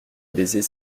baiser